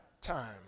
time